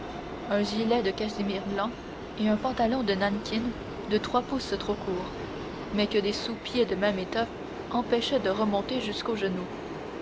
un gilet de casimir blanc et un pantalon de nankin de trois pouces trop court mais que des sous-pieds de même étoffe empêchaient de remonter jusqu'aux genoux